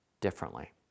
differently